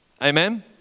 Amen